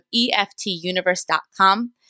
eftuniverse.com